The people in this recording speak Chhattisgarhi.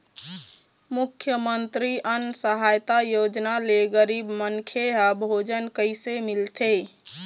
मुख्यमंतरी अन्न सहायता योजना ले गरीब मनखे ह भोजन कइसे मिलथे?